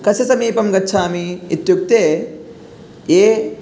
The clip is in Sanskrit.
कस्य समीपं गच्छामि इत्युक्ते ये